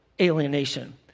alienation